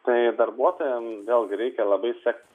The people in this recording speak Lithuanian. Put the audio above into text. tai darbuotojam vėl reikia labai sekti